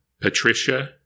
Patricia